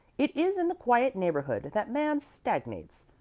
it is in the quiet neighborhood that man stagnates.